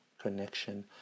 connection